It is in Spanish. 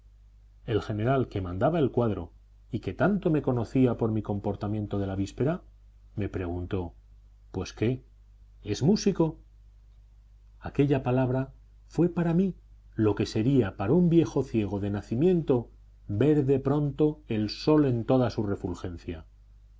el general que mandaba el cuadro y que tanto me conocía por mi comportamiento de la víspera me preguntó pues qué es músico aquella palabra fue para mí lo que sería para un viejo ciego de nacimiento ver de pronto el sol en toda su refulgencia